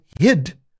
hid